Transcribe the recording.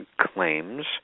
claims